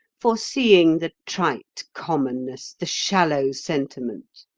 foreseeing the trite commonness, the shallow sentiment.